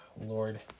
Lord